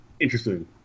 interesting